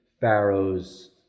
Pharaoh's